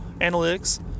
Analytics